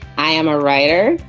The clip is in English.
i am ah writer,